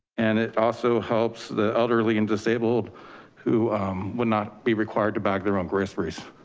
and it also helps the elderly and disabled who would not be required to bag their own groceries.